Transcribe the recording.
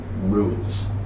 ruins